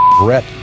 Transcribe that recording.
brett